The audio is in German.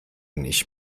nicht